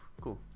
Cool